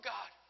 God